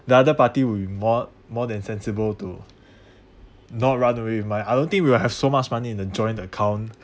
the other party would be more more than sensible to not run away with my I don't think we will have so much money in the joint account